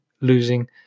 losing